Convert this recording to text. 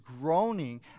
groaning